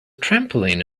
trampoline